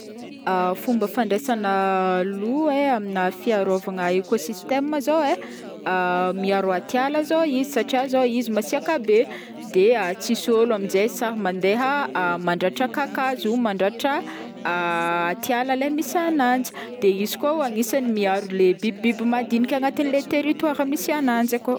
Fomba fandraisagna loup ai amina fiarovana ekosistema zao e, Miaro atiala zao izy satria izy masiaka be de tsisy ôlo aminjay sahy mandeha mandratra kakazo, mandratra atiala le misy agnanjy, izy koa agnisan'ny miaro le bibibiby madinika agnatin'le territoire misy ananjy akao.